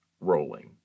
rolling